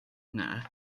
yna